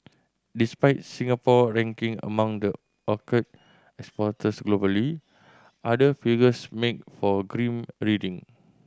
despite Singapore ranking among the orchid exporters globally other figures make for grim reading